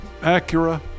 Acura